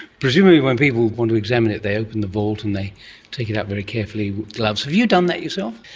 presumably when people want to examine it they open the vault and they take it out very carefully with gloves. have you done that yourself?